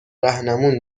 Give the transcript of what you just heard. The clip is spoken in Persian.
رهنمون